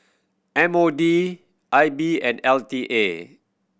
M O D I B and L T A